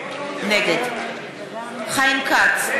נגד חיים כץ,